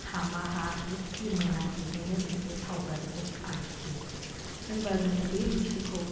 हामा हा जेखि मोना बेजोंनो बिसोरो सावगारिखौ आखियो होमबा जों अबे बैसोखौ